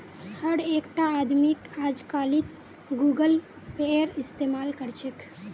हर एकटा आदमीक अजकालित गूगल पेएर इस्तमाल कर छेक